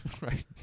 Right